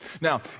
Now